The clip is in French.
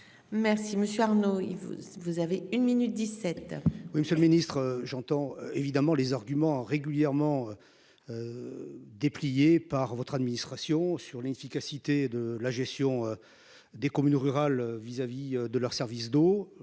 Merci monsieur Arnaud il vous, vous avez une minute 17. Oui, monsieur le Ministre j'entends évidemment les arguments régulièrement. Par votre administration sur l'inefficacité de la gestion. Des communes rurales vis-à-vis de leurs services d'eau.